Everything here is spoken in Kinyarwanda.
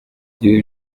ibi